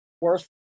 Worth